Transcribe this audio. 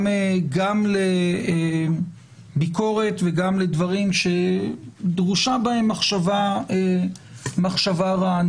גם לביקורת וגם לדברים שדרושה בהם מחשבה רעננה.